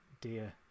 dear